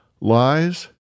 lies